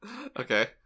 okay